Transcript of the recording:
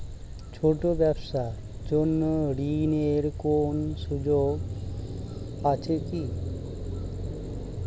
ছোট ব্যবসার জন্য ঋণ এর কোন সুযোগ আছে কি না?